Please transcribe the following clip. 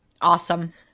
Awesome